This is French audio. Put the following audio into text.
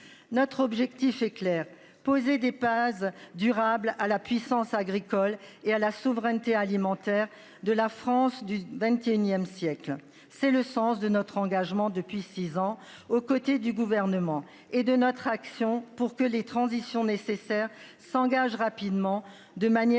Notre objectif est clair, poser des Paz durable à la puissance agricole et à la souveraineté alimentaire de la France du XXIe siècle. C'est le sens de notre engagement depuis 6 ans aux côtés du gouvernement et de notre action pour que les transitions nécessaires s'engage rapidement de manière